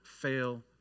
fail